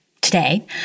Today